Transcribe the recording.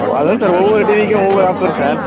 அதுதான் சார் ஒவ்வொரு டிவிக்கும் ஒவ்வொரு ஆஃபர் சார்